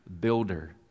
builder